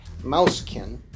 mousekin